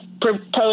proposed